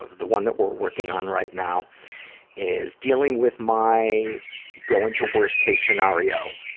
ah the one that we're working on right now is dealing with my going to worst-case scenario,